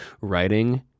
writing